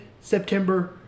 September